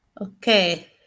okay